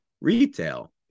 retail